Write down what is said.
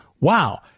wow